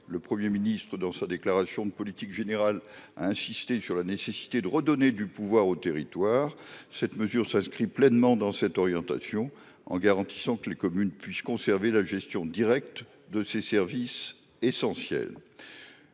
Le Premier ministre, dans sa déclaration de politique générale, a insisté sur la nécessité de redonner du pouvoir aux territoires. Cette mesure s’inscrit pleinement dans cette orientation, en garantissant que les communes puissent conserver la gestion directe de ces services essentiels.